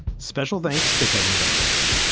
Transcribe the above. special thanks to kevin bendis.